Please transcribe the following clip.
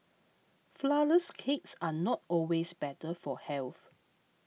Flourless Cakes are not always better for health